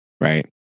Right